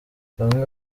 bamwe